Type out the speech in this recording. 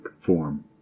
FORM